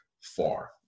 far